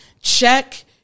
Check